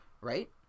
right